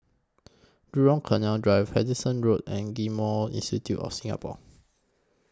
Jurong Canal Drive Henderson Road and Genome Institute of Singapore